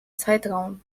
zeitraum